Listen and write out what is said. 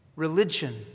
Religion